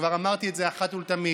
וכבר אמרתי את זה אחת ולתמיד,